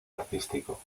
artístico